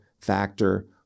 factor